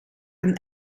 een